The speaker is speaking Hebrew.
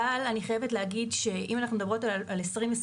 אבל אני חייבת לומר שאם אנחנו מדברות על 2020,